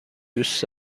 دوست